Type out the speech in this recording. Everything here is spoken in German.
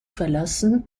verlassen